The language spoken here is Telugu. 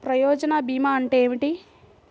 ప్రయోజన భీమా అంటే ఏమిటి?